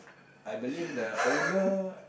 I believe the owner